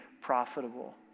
profitable